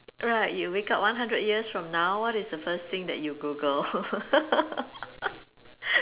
right you wake up one hundred years from now what is the first thing that you Google